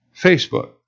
Facebook